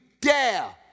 dare